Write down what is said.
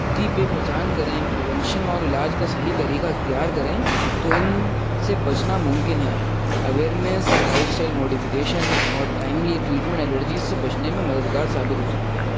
تی پہ پہچان کریں پریوینشن اور علاج کا صحیح طریقہ اختیار کریں تو ان سے بچنا ممکن ہے اویئیرنیس لائف اسٹائل ماڈیفیکیشن اور ٹائملی ٹریٹمنٹ الرجیز سے بچنے میں مددگار ثابت ہو سکتے ہیں